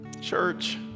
Church